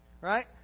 right